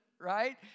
right